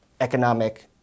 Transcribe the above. economic